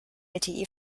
lte